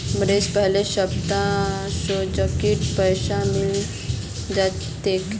मार्चेर पहला सप्ताहत सेठजीक पैसा मिले जा तेक